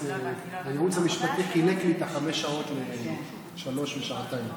הייעוץ המשפטי חילק לי את חמש השעות לשלוש שעות ושעתיים.